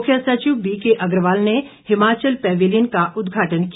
मुख्य सचिव बीके अग्रवाल ने हिमाचल पैवेलियन का उद्घाटन किया